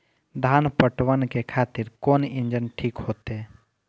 धान पटवन के खातिर कोन इंजन ठीक होते?